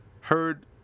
heard –